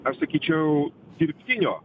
aš sakyčiau dirbtinio